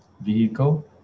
vehicle